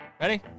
Ready